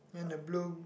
and the blue